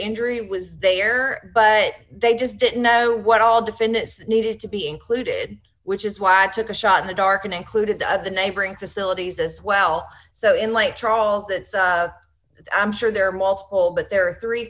injury was they are but they just didn't know what all defendants needed to be included which is why i took a shot in the dark and included the neighboring facilities as well so in lake charles that i'm sure there are multiple but there are three